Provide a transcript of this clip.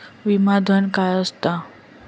विमा धन काय असता?